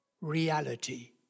reality